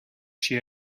she